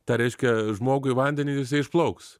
tą reiškia žmogų į vandenį ir jisai išplauks